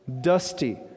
dusty